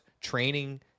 training